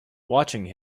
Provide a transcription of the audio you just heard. watching